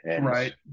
right